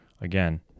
again